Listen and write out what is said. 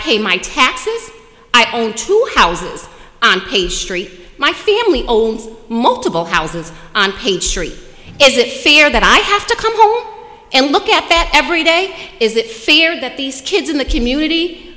pay my taxes i own two houses on a street my family owns multiple houses on page three is it fair that i have to come home and look at that every day is that fair that these kids in the community